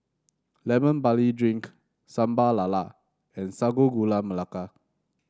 Lemon Barley Drink Sambal Lala and Sago Gula Melaka